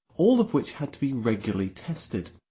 all of which had to be regularly tested.